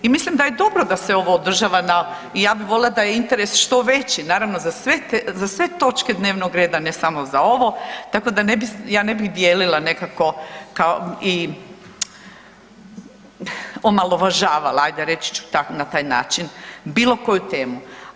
I mislim da je dobro da se ovo održava i ja bi volila da je interes što veći naravno za sve točke dnevnog reda, ne samo za ovo, tako da ja ne bih dijelila nekako kao i omalovažavala ajde reći ću na taj način bilo koju temu.